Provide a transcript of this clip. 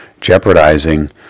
jeopardizing